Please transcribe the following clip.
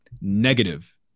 negative